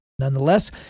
Nonetheless